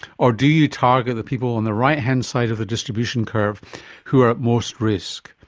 or do you target the people on the right-hand side of the distribution curve who are at most risk?